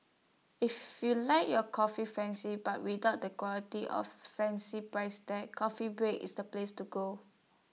if you like your coffee fancy but without the quality of fancy price tag coffee break is the place to go